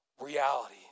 reality